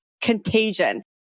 contagion